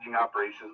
...operations